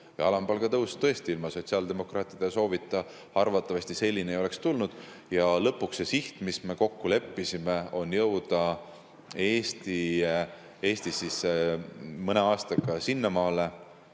Alampalga tõus, tõesti, ilma sotsiaaldemokraatide soovita arvatavasti selline ei oleks tulnud. See siht, mis me kokku leppisime, on jõuda Eestis mõne aastaga sinnamaale,